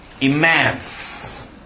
immense